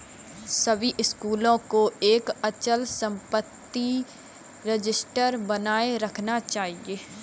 सभी स्कूलों को एक अचल संपत्ति रजिस्टर बनाए रखना चाहिए